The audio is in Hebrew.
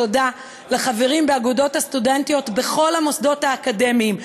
תודה לחברים באגודות הסטודנטים בכל המוסדות האקדמיים.